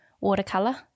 watercolor